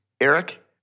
Eric